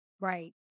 Right